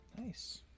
Nice